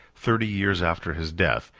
thirty years after his death,